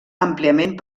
àmpliament